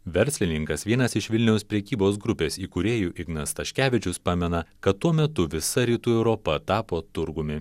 verslininkas vienas iš vilniaus prekybos grupės įkūrėjų ignas staškevičius pamena kad tuo metu visa rytų europa tapo turgumi